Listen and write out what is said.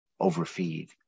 overfeed